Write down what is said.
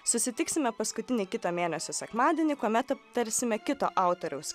susitiksime paskutinį kito mėnesio sekmadienį kuomet aptarsime kito autoriaus